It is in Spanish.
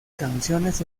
canciones